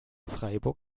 freiburg